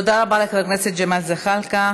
תודה רבה לחבר הכנסת ג'מאל זחאלקה.